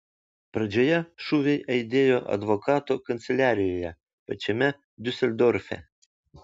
pradžioje šūviai aidėjo advokato kanceliarijoje pačiame diuseldorfe